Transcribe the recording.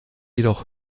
jedoch